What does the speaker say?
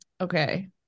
Okay